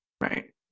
Right